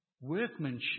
workmanship